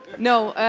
no,